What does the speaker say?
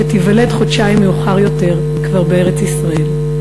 שתיוולד חודשיים מאוחר יותר כבר בארץ-ישראל.